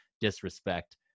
disrespect